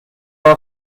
are